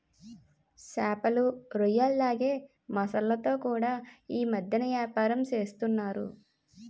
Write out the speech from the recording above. సేపలు, రొయ్యల్లాగే మొసల్లతో కూడా యీ మద్దెన ఏపారం సేస్తన్నారు